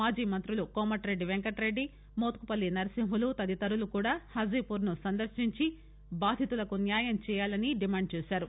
మాజీ మంత్రులు కోమటిరెడ్డి పెంకటరెడ్డి మోత్కుపల్లి నర్సింహులు తదితరులు కూడా హాజీపూర్ ను సందర్పించి బాధితులకు న్యాయంచేయాలని డిమాండ్ చేశారు